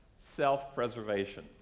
self-preservation